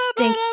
ding